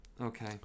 Okay